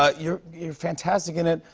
ah you're you're fantastic in it,